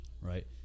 right